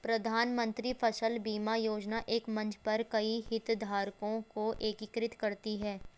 प्रधानमंत्री फसल बीमा योजना एक मंच पर कई हितधारकों को एकीकृत करती है